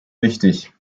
wichtig